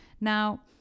Now